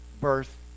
birth